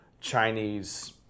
Chinese